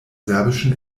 serbischen